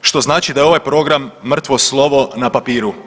što znači da je ovaj program mrtvo slovo na papiru.